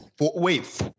Wait